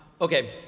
Okay